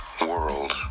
world